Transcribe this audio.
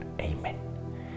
Amen